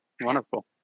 Wonderful